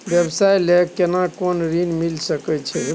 व्यवसाय ले केना कोन ऋन मिल सके छै?